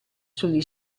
sugli